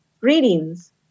Greetings